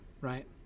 right